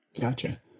Gotcha